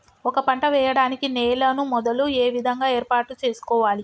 ఒక పంట వెయ్యడానికి నేలను మొదలు ఏ విధంగా ఏర్పాటు చేసుకోవాలి?